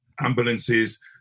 ambulances